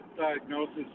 diagnosis